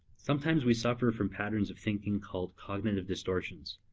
sometimes we suffer from patterns of thinking called cognitive distortions.